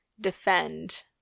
defend